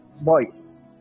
Boys